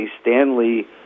Stanley